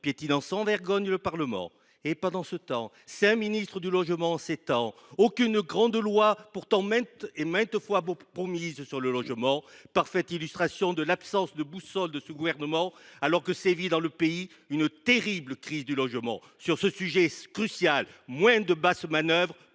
piétinant sans vergogne le Parlement. Pendant ce temps, cinq ministres du logement se sont succédé en sept ans, mais aucune grande loi sur le sujet, pourtant maintes fois promise, n’a été adoptée. Voilà une parfaite illustration de l’absence de boussole de ce gouvernement, alors que sévit dans le pays une terrible crise du logement. Sur ce sujet crucial, moins de basses manœuvres,